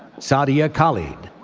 sadia khalid.